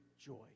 joy